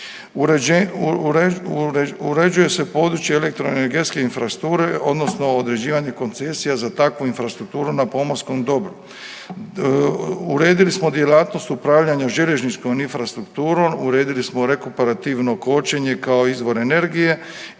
uređuje se područje elektroenergetske infrastrukture odnosno određivanje koncesija za takvu infrastrukturu na pomorskom dobru, uredili smo djelatnost upravljanja željezničkom infrastrukturom, uredili smo rekuparativno kočenje kao izvor energije